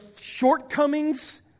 shortcomings